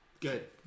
Good